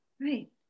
right